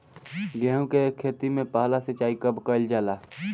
गेहू के खेती मे पहला सिंचाई कब कईल जाला?